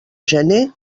gener